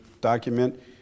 document